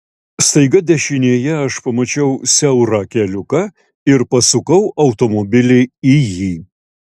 staiga dešinėje aš pamačiau siaurą keliuką ir pasukau automobilį į jį